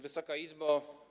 Wysoka Izbo!